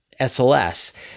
SLS